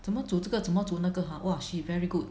怎么煮这个怎么煮那个 !huh! !wah! she very good